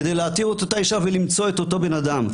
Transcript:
כדי להתיר את אותה אישה וכדי למצוא את אותו בן אדם.